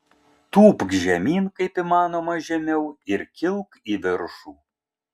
tūpk žemyn kaip įmanoma žemiau ir kilk į viršų